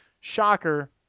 Shocker